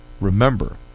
remember